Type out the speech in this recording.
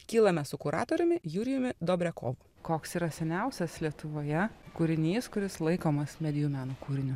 kylame su kuratoriumi jurijumi dobriakovu koks yra seniausias lietuvoje kūrinys kuris laikomas medijų meno kūriniu